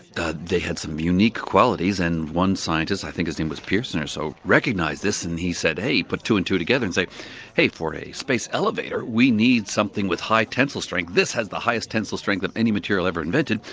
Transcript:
they had some unique qualities and one scientist, i think his name was pearson or so, recognised this, and he said, hey, put two and two together, and say hey, for a space elevator, we need something with high tensile strength. this has the highest tensile strength of any material ever invented.